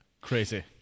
Crazy